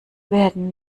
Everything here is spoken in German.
werden